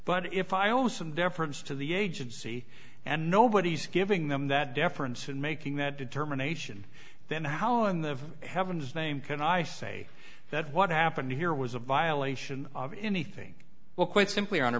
but if i also some deference to the agency and nobody's giving them that deference in making that determination then how in the heaven's name can i say that what happened here was a violation of any thing well quite simply hon